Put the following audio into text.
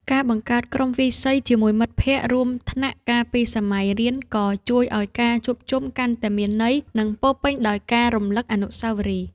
ការបង្កើតក្រុមវាយសីជាមួយមិត្តភក្តិរួមថ្នាក់កាលពីសម័យរៀនក៏ជួយឱ្យការជួបជុំកាន់តែមានន័យ និងពោរពេញដោយការរំលឹកអនុស្សាវរីយ៍។